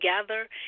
together